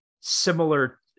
similar